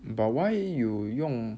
but why you 用